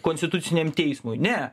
konstituciniam teismui ne